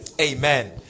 Amen